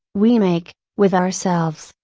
we make, with ourselves,